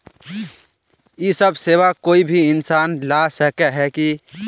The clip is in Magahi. इ सब सेवा कोई भी इंसान ला सके है की?